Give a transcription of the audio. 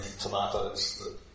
tomatoes